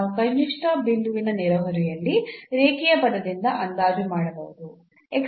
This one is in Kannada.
ನಾವು ಕನಿಷ್ಠ ಬಿಂದುವಿನ ನೆರೆಹೊರೆಯಲ್ಲಿ ರೇಖೀಯ ಪದದಿಂದ ಅಂದಾಜು ಮಾಡಬಹುದು